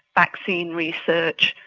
vaccine research,